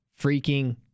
freaking